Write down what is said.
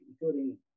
including